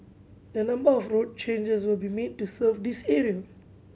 a number of road changes will be made to serve this area